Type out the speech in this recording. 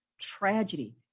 tragedy